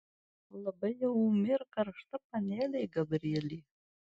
labai jau ūmi ir karšta panelė gabrielė